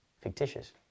fictitious